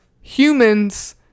humans